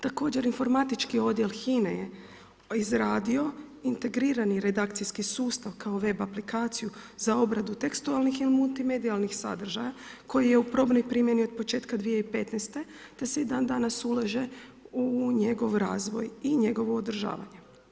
Također, informatički odjel HINA-e je izradio integrirani redakcijski sustav kao web aplikaciju za obradu tekstualnih i multimedijalnih sadržaja koji je u probnoj primjeni od početka 2015. te se i dandanas ulaže u njegov razvoj i njegovo održavanje.